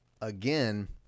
again